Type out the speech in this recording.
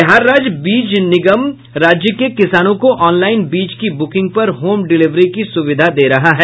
बिहार राज्य बीज निगम राज्य के किसानों को ऑनलाइन बीज की बुकिंग पर होम डिलिवरी की सुविधा दे रहा है